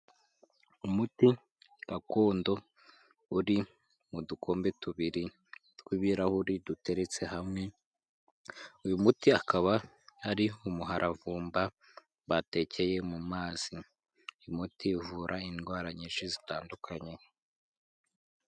Umuti gakondo, uri mu dukombe tubiri, tw'ibirahuri, duteretse hamwe uyu muti akaba ari umuravumba batekeye mu mazi, umuti uvura indwara nyinshi zitandukanye.